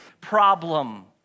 problem